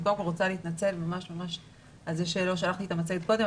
אני קודם כל רוצה להתנצל על זה שלא שלחתי את המצגת קודם,